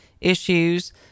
issues